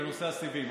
בנושא הסיבים.